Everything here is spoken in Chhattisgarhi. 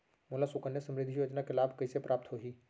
मोला सुकन्या समृद्धि योजना के लाभ कइसे प्राप्त होही?